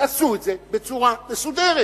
תעשו את זה בצורה מסודרת.